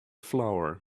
flower